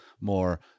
more